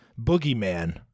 boogeyman